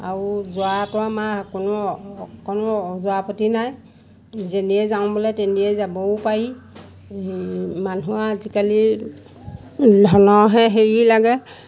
আৰু যোৱাতো আমাৰ কোনো অকণো ওজৰ আপত্তি নাই যেনিয়ে যাওঁ বুলিলে তেনিয়ে যাবও পাৰি হেৰি মানুহৰ আজিকালি ধনৰহে হেৰি লাগে